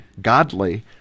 godly